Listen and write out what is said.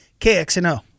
KXNO